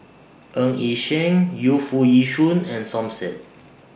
Ng Yi Sheng Yu Foo Yee Shoon and Som Said